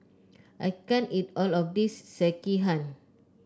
I can't eat all of this Sekihan